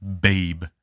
Babe